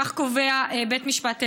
כך קובע בית המשפט העליון.